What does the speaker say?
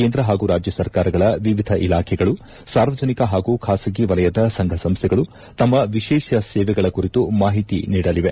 ಕೇಂದ್ರ ಹಾಗೂ ರಾಜ್ಯ ಸರ್ಕಾರಗಳ ವಿವಿಧ ಇಲಾಖೆಗಳು ಸಾರ್ವಜನಿಕ ಹಾಗೂ ಖಾಸಗಿ ವಲಯದ ಸಂಘ ಸಂಸ್ವೆಗಳು ತಮ್ಮ ವಿಶೇಷ ಸೇವೆಗಳ ಕುರಿತು ಮಾಹಿತಿ ನೀಡಲಿದೆ